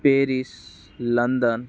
Paris London